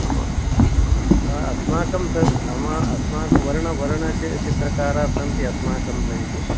आम् आम् अस्माकं स अमा अस्माकं वर्णः वर्णः चित्रकाराः सन्ति अस्माकं सविधे